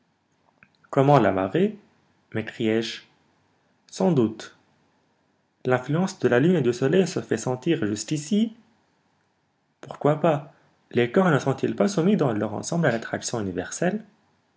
comment la marée m'écriai-je sans doute l'influence de la lune et du soleil se fait sentir jusqu'ici pourquoi pas les corps ne sont-ils pas soumis dans leur ensemble à l'attraction universelle